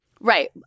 Right